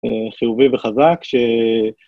חיובי וחזק.